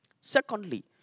Secondly